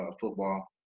football